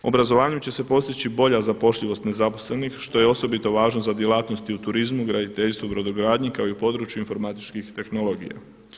Obrazovanjem će se postići bolja zapošljivost nezaposlenih što je osobito važno za djelatnosti u turizmu, graditeljstvu, brodogradnji kao i u području informatičkih tehnologija.